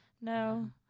No